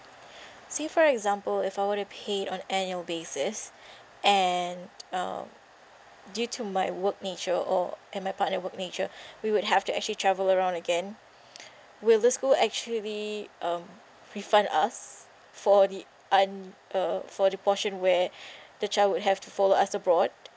say for example if I were to pay on annual basis and uh due to my work nature or and my partner work nature we would have to actually travel around again will this school actually be um refund us for the un~ uh for the portion where the child would have to follow us abroad